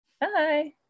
Bye